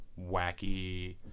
wacky